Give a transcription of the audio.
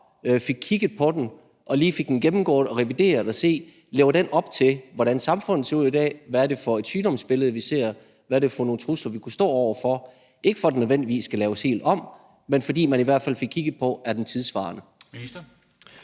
fik kigget på den og lige fik den gennemgået og revideret, så man fik set på: Lever den op til, hvordan samfundet ser ud i dag, hvad er det for et sygdomsbillede, vi ser, og hvad er det for nogle trusler, vi kunne stå over for? Det skulle ikke nødvendigvis være, for at den skulle laves helt om, men fordi man i hvert fald fik kigget på, om den var tidssvarende.